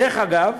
דרך אגב,